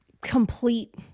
complete